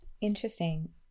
Interesting